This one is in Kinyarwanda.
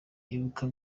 ibuka